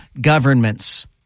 governments